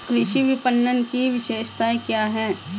कृषि विपणन की विशेषताएं क्या हैं?